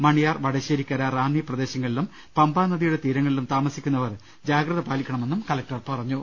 മണിയാർ വടശ്ശേരിക്കര റാന്നി പ്രദേശങ്ങളിലും പമ്പാനദിയുടെ തീരങ്ങളിൽ താമസി ക്കുന്നവരും ജാഗ്രത പാലിക്കണമെന്നും കലക്ടർ പറഞ്ഞു